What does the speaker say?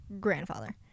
grandfather